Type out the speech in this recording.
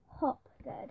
Hopgood